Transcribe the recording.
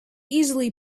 easily